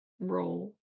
role